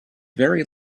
very